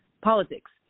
politics